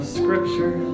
scripture